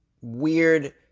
weird